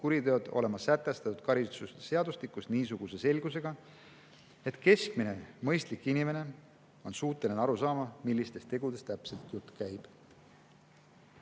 kuriteod olema sätestatud karistusseadustikus niisuguse selgusega, et keskmine mõistlik inimene on suuteline aru saama, millistest tegudest täpselt jutt käib?"